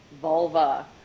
vulva